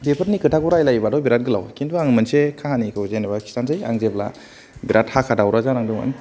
बेफोरनि खोथाखौ रायलायोबाथ' बिराद गोलाव किन्तु आं मोनसे काहानिखौ जेनेबा सानसे आं जेब्ला बिराद हाखा दावरा जानांदोंमोन